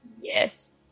Yes